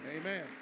Amen